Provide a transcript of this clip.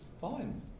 fine